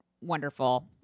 wonderful